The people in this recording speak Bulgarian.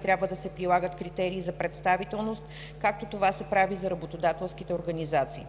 трябва да се прилагат критерии за представителност, както това се прави за работодателските организации.